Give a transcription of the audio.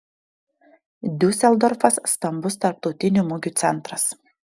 diuseldorfas stambus tarptautinių mugių centras